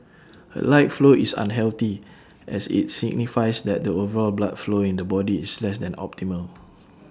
A light flow is unhealthy as IT signifies that the overall blood flow in the body is less than optimal